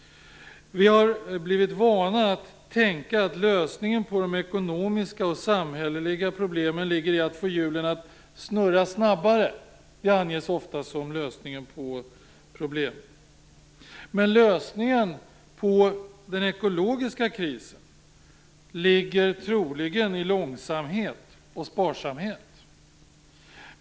Vi har blivit vana att tänka att lösningen på de ekonomiska och samhälleliga problemen ligger i att få hjulen att snurra snabbare. Det anges ofta som lösningen. Men lösningen på den ekologiska krisen ligger troligen i långsamhet och sparsamhet.